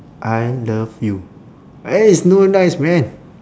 I love you eh it's not nice man